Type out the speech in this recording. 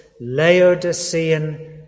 Laodicean